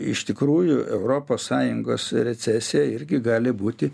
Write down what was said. iš tikrųjų europos sąjungos recesija irgi gali būti